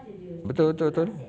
betul betul betul